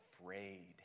afraid